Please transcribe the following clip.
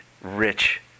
rich